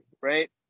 right